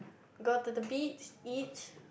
got to the beat it